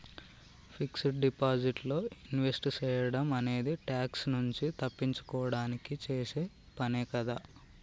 fixed deposit లో invest సేయడం అనేది ట్యాక్స్ నుంచి తప్పించుకోడానికి చేసే పనే కదా